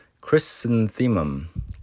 Chrysanthemum